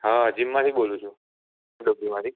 હા જિમમાંથી બોલું છું માંથી